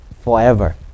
forever